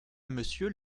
monsieur